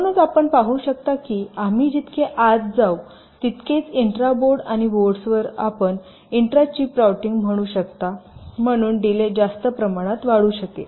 म्हणूनच आपण पाहू शकता की आम्ही जितके आत जाईन तितकेच इंट्रा बोर्ड आणि बोर्ड्सवर आपण इंट्रा चिप रूटिंग म्हणू शकता म्हणून डीले जास्त प्रमाणात वाढू शकेल